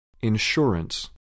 Insurance